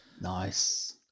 Nice